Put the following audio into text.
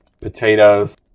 potatoes